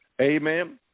amen